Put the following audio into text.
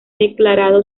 declarado